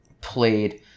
played